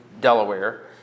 Delaware